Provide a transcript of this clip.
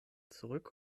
zurück